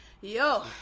Yo